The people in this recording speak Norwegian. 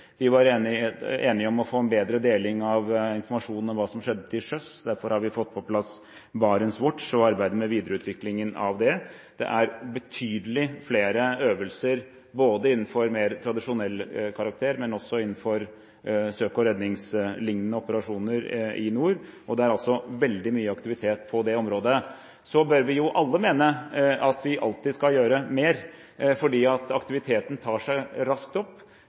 Vi var enige om å få en bedre deling av informasjonene om hva som skjedde til sjøs. Derfor har vi fått på plass BarentsWatch og arbeidet med videreutviklingen av det. Det er betydelig flere øvelser av mer tradisjonell karakter, men også innenfor søk og redningsliknende operasjoner i nord. Det er altså veldig mye aktivitet på det området. Så bør vi alle mene at vi alltid skal gjøre mer, fordi aktiviteten tar seg raskt opp.